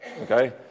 okay